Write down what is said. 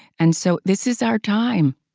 and so this is our time.